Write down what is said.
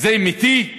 זה אמיתי?